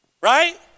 Right